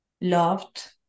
loved